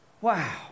Wow